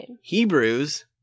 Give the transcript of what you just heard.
Hebrews